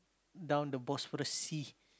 down the Bosphorus sea